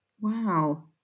Wow